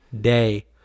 day